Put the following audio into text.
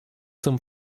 zum